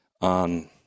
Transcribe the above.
on